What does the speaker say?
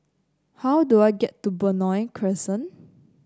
how do I get to Benoi Crescent